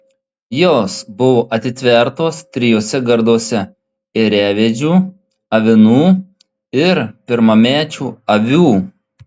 jos buvo atitvertos trijuose garduose ėriavedžių avinų ir pirmamečių avių